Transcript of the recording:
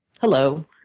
hello